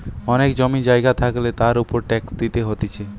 অনেক জমি জায়গা থাকলে তার উপর ট্যাক্স দিতে হতিছে